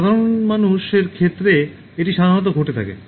সাধারণ মানুষের ক্ষেত্রে এটি সাধারণত ঘটে থাকে